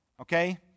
Okay